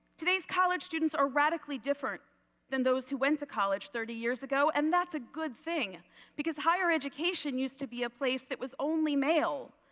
today's college students are radically different than those who went to college thirty years ago and that's a good thing because higher education used to be a place that was only male.